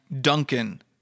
Duncan